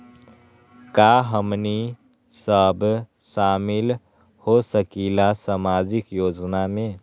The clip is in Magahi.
का हमनी साब शामिल होसकीला सामाजिक योजना मे?